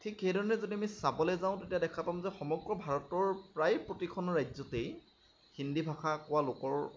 ঠিক সেই ধৰণে যদি আমি চাবলৈ যাওঁ তেতিয়া দেখা পাম যে সমগ্ৰ ভাৰতৰ প্ৰায় প্ৰতিখন ৰাজ্যতেই হিন্দী ভাষা কোৱা লোকৰ